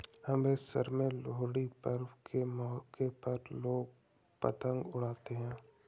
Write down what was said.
अमृतसर में लोहड़ी पर्व के मौके पर लोग पतंग उड़ाते है